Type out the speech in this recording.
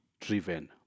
driven